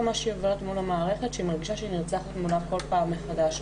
מה שהיא עוברת מול המערכת כי היא מרגישה שהיא נרצחת מולה כל פעם מחדש.